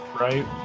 right